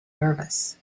nervous